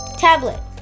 Tablet